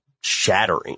shattering